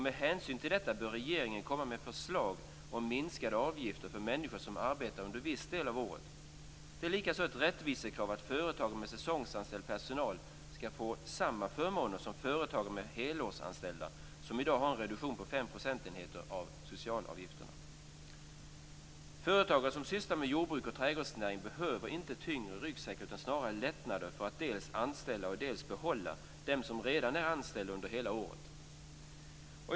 Med hänsyn till detta bör regeringen komma med förslag om minskade avgifter för människor som arbetar under viss del av året. Det är likaså ett rättvisekrav att företagare med säsongsanställd personal skall få samma förmåner som företagare med helårsanställda, som i dag har en reduktion på 5 procentenheter av socialavgifterna. Företagare som sysslar med jordbruk och trädgårdsnäring behöver inte tyngre ryggsäckar utan snarare lättnader för att dels anställa folk, dels behålla dem som redan är anställda under hela året.